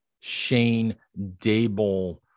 Shane-Dable